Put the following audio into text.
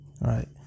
Right